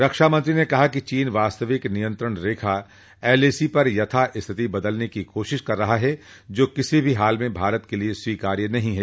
रक्षामंत्री ने कहा कि चीन वास्तविक नियंत्रण रेखा एलएसी पर यथास्थिति बदलने की कोशिश कर रहा है जो किसी भी हाल में भारत के लिए स्वीकार्य नहीं है